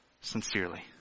Sincerely